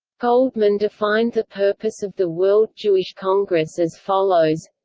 goldmann defined the purpose of the world jewish congress as follows